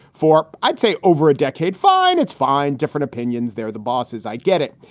for i'd say over a decade. fine, it's fine. different opinions. they're the bosses. i'd get it.